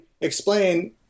explain